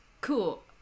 Cool